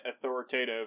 authoritative